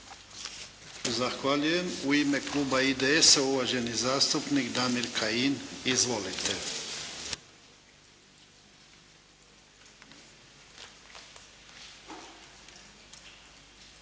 Zahvaljujem. U ime kluba IDS-a, uvaženi zastupnik Damir Kajin. Izvolite.